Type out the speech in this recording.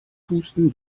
husten